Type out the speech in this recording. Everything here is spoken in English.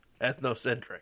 ethnocentric